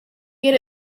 could